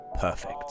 Perfect